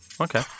Okay